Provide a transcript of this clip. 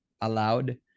allowed